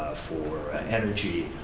for energy,